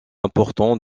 important